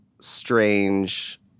strange